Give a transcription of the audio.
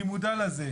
אני מודע לכך